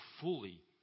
fully